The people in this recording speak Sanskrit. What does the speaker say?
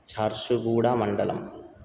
झार्सुगूडमण्डलं